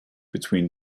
between